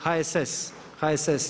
HSS, HSS.